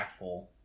impactful